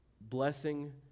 Blessing